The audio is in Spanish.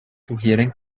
sugieren